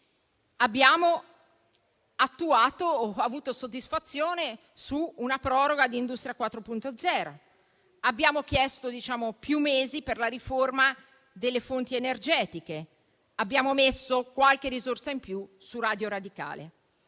Abbiamo attuato o avuto soddisfazione su una proroga di Industria 4.0. Abbiamo chiesto più mesi per la riforma delle fonti energetiche. Abbiamo messo qualche risorsa in più su Radio radicale.